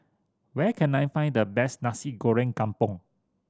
where can I find the best Nasi Goreng Kampung